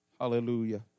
Hallelujah